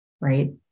right